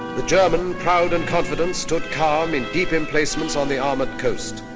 the german, proud and confident, stood calm in deep emplacements on the armored coast.